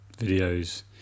videos